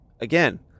again